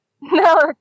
No